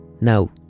Now